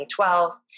2012